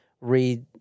read